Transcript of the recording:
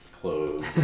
clothes